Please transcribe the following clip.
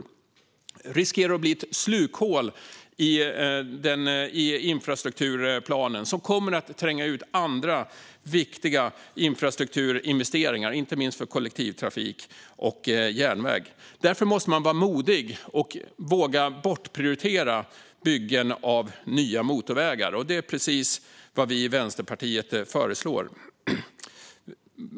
Detta riskerar att bli ett slukhål i infrastrukturplanen som kommer att tränga ut andra viktiga infrastrukturinvesteringar, inte minst för kollektivtrafik och järnväg. Därför måste man vara modig och våga bortprioritera byggen av nya motorvägar. Det är precis vad vi i Vänsterpartiet föreslår.